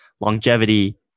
longevity